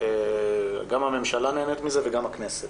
גם הממשלה נהנית מזה וגם הכנסת